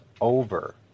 over